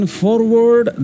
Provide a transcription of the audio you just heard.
forward